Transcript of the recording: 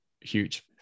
huge